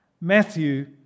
Matthew